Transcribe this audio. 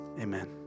Amen